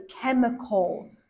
chemical